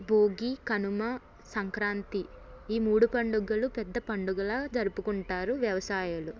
భోగి కనుమ సంక్రాంతి ఈ మూడు పండుగలు పెద్ద పండుగలాగా జరుపుకుంటారు వ్యవసాయులు